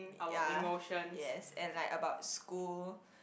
ya yes and like about school